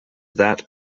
that